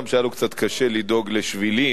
שהיה לו קצת קשה לדאוג לשבילים,